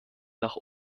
nach